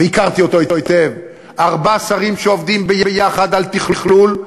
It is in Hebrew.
והכרתי אותו היטב: ארבעה שרים שעובדים ביחד על תכלול,